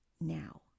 now